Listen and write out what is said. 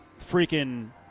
freaking